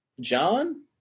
John